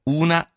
una